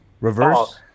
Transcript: Reverse